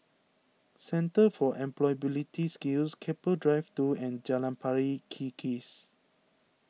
Centre for Employability Skills Keppel Drive two and Jalan Pari Kikis